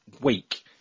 week